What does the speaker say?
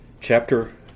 Chapter